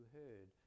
heard